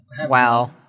Wow